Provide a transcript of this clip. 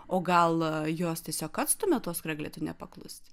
o gal jos tiesiog atstumia tuos kurie galėtų nepaklusti